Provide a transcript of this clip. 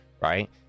right